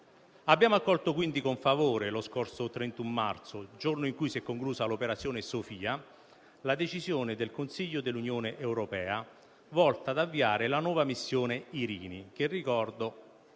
quindi accolto con favore lo scorso 31 marzo, il giorno in cui si è conclusa l'operazione Sophia, la decisione del Consiglio dell'Unione europea volta ad avviare la nuova missione Irini, che ricordo